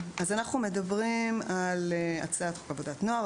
אנחנו מדברים על הצעת חוק עבודת נוער.